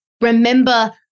remember